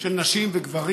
של נשים וגברים.